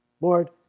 Lord